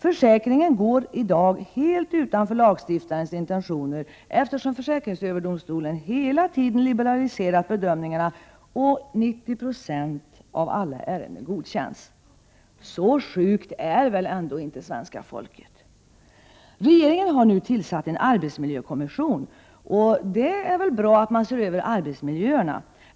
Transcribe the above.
Försäkringen går i dag helt utanför lagstiftarens intentioner, eftersom försäkringsöverdomstolen hela tiden liberaliserar bedömningarna, och 90 96 av alla ärenden godkänns. Så sjukt är väl ändå inte svenska folket? Regeringen har nu tillsatt en arbetsmiljökommission. Det är väl bra att man ser över arbetsmiljöerna.